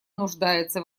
нуждается